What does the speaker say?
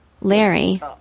Larry